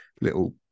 little